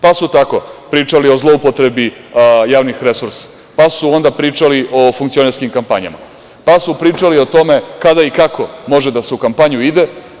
Pa su tako pričali o zloupotrebi javnih resursa, pa su onda pričali o funkcionerskim kampanjama, pa su pričali o tome kada i kako može da se u kampanju ide.